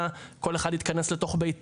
לכל הפחות עלה ספק.